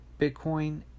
Bitcoin